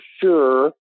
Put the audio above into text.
sure